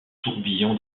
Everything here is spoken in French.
tourbillon